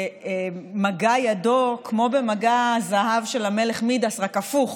שמגע ידו כמו מגע הזהב של המלך מידאס, רק הפוך,